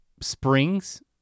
springs